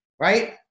Right